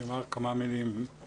אני אומר כמה מילים.